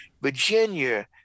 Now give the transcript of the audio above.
Virginia